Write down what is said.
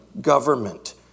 government